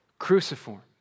Cruciform